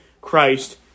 Christ